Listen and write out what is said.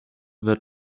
were